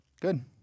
Good